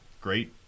Great